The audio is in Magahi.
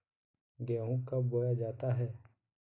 गेंहू कब बोया जाता हैं?